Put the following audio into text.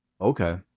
Okay